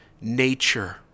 nature